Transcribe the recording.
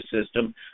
system